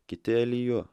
kiti eliju